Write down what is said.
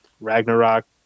Ragnarok